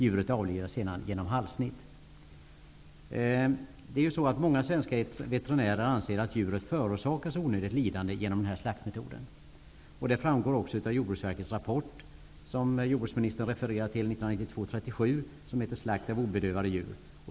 Djuret avlivas sedan genom halssnitt. Många svenska veterinärer anser att djuret förorsakas onödigt lidande genom denna slaktmetod. Det framgår också av Jordbruksverkets rapport 1992:37, vilken jordbruksministern refererade till, som heter Slakt av obedövade djur.